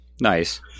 Nice